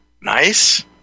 nice